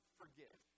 forgive